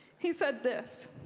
he said this.